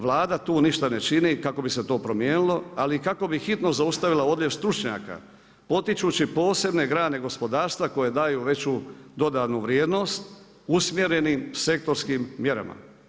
Vlada tu ništa ne čini kako bi se to promijenilo ali i kako bi hitno zaustavila odljev stručnjaka potičući posebne grane gospodarstva koje daju veću dodanu vrijednost usmjerenim sektorskim mjerama.